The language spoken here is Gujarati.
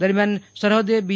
દરમિયાન સરહદે બી